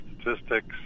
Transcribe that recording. statistics